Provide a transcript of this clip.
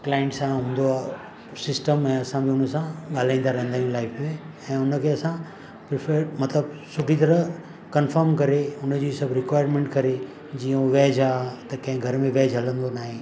client सां हूंदो आहे सिस्टम ऐं असांजो हुनसां ॻाल्हाईंदा रहंदा आहियूं लाइफ़ में ऐं हुनखे असां प्रेफ़र मतिलबु सुठी तरह कंफर्म करे हुनजी सभु रिक्वयरमेंट करे जीअं हो वेज आहे त कंहिं घर में वेज हलंदो नाहे